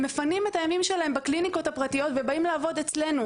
הם מפנים את הימים שלהם בקליניקות הפרטיות ובאים לעבוד אצלנו.